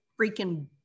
freaking